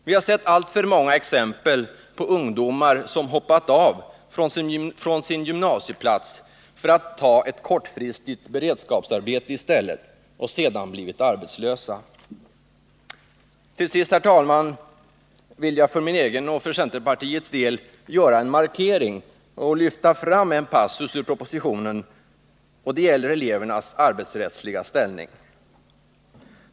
Vi har sett alltför många exempel på ungdomar som ”hoppat av” från sin gymnasieplats för att ta ett kortfristigt beredskapsarbete i stället och sedan blivit arbetslösa. Till sist, herr talman, vill jag för min egen och för centerpartiets del göra en markering och lyfta fram en passus ur propositionen. Det gäller elevernas arbetsrättsliga ställning.